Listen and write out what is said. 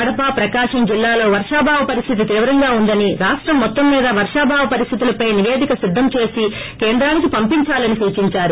కడప ప్రకాశం జిల్లాల్లో వర్షాభావ పరిస్లితి తీవ్రంగా ఉందని రాష్టం మొత్తం మీద వరాభావ పరిస్తులపై నిపేదిక సిద్దం చేసి కేంద్రానికి పంపించాలని సూచించారు